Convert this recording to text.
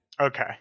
Okay